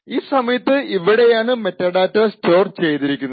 ഈ സമയത്തു ഇവിടെയാണ് മെറ്റാഡാറ്റ സ്റ്റോർ ചെയ്തിരിക്കുന്നത്